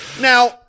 Now